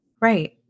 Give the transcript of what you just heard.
Right